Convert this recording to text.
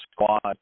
squad